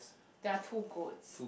there are two goats